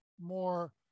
more